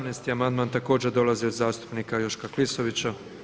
17. amandman također dolazi od zastupnika Joška Klisovića.